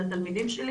של התלמידים שלי